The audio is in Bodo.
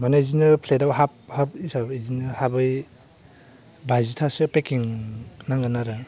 माने बिदिनो प्लेटआव हाफ हाफ हिसाबै बिदिनो हाबै बाजिथासो पेकिं नांगोन आरो